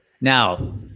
now